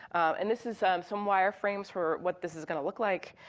and this is ah um some wire frames for what this is gonna look like.